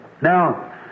Now